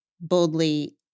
boldly